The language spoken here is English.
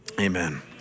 amen